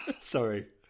Sorry